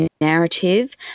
narrative